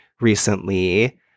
recently